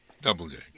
Doubleday